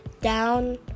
down